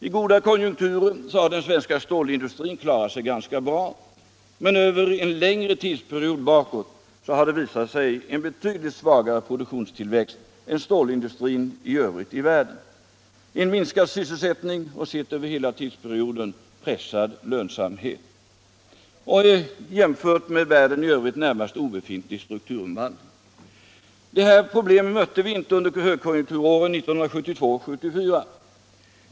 I goda konjunkturer har den svenska stålindustrin klarat sig ganska bra, men över en längre tidsperiod har den visat en betydligt svagare produktionstillväxt än stålindustrin i världen i övrigt, en minskad sys ÅAllmänpolitisk debatt Allmänpolitisk debatt selsättning och — sett över hela tidsperioden — pressad lönsamhet och en jämfört med världen i övrigt närmast obefintlig strukturomvandling. Dessa problem mötte vi inte under högkonjunkturåren 1972-1974.